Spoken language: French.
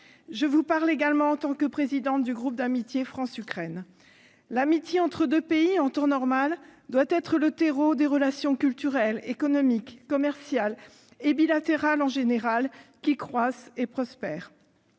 Je vous parle également en tant que présidente du groupe d'amitié France-Ukraine. En temps normal, l'amitié entre deux pays doit être le terreau de relations culturelles, économiques, commerciales et bilatérales qui croissent et prospèrent.